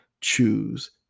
choose